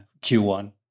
Q1